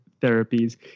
therapies